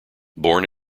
born